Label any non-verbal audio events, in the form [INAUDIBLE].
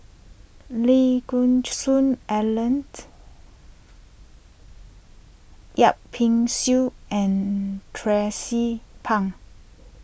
Lee Geck Hoon Ellen [NOISE] Yip Pin Xiu and Tracie Pang